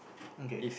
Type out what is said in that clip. okay